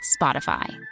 Spotify